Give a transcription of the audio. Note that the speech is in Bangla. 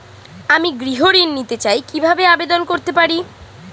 আমি গৃহ ঋণ নিতে চাই কিভাবে আবেদন করতে পারি?